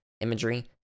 imagery